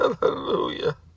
Hallelujah